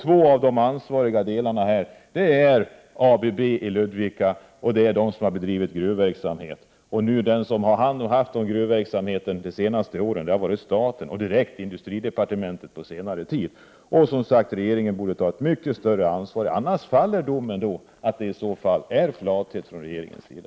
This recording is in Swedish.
Två av de ansvariga parterna är ABB i Ludvika och de som har bedrivit gruvverksamhet. Och det är staten — och direkt industridepartementet — som har haft hand om gruvverksamheten på senare tid. Regeringen borde alltså ta ett mycket större ansvar. Annars faller domen — att det är frågan om flathet från regeringens sida.